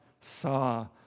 saw